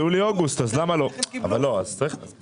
ביולי-אוגוסט היה גם גל דלתא.